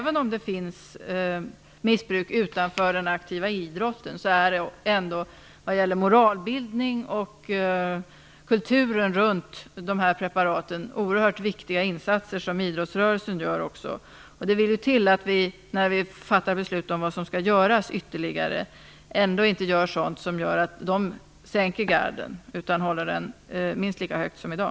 Även om det finns missbruk utanför den aktiva idrotten gör ändå idrottsrörelsen oerhört viktiga insatser vad gäller moralbildning och kulturen runt dessa preparat. När vi fattar beslut om vad som skall göras ytterligare vill det till att vi inte gör något som får idrottsrörelsen att sänka garden. Den måste hållas minst lika högt som i dag.